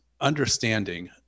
understanding